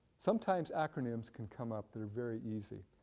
sometimes acronyms can come up, they're very easy.